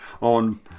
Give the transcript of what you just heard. on